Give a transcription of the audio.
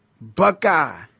Buckeye